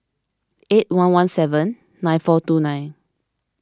eight one one seven nine four two nine